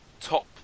top